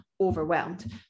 overwhelmed